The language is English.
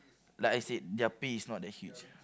like I said their pay is not that huge